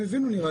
הבנו.